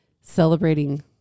celebrating